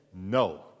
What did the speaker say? no